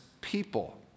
people